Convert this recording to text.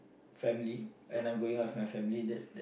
family when I'm going out with my family that's that's